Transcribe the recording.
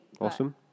Awesome